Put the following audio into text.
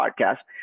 podcast